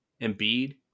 Embiid